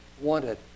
wanted